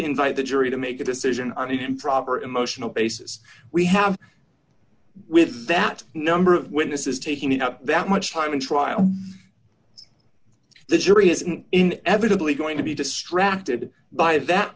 invite the jury to make a decision on an improper emotional basis we have with that number of witnesses taking up that much time in trial the jury isn't in evidently going to be distracted by that